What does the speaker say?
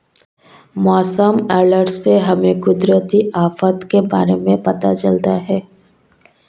मौसम अलर्ट से हमें कुदरती आफत के बारे में पता चलता है